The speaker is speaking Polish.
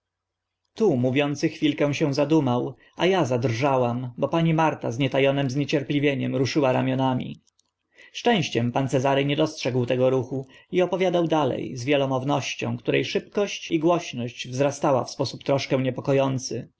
tu mówiący chwilkę się zadumał a a zadrżałam bo pani marta z nie ta onym zniecierpliwieniem ruszyła ramionami szczęściem pan cezary nie dostrzegł tego ruchu i opowiadał dale z wielomównością które szybkość i głośność wzrastała w sposób troszkę niepoko